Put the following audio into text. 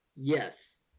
yes